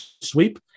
sweep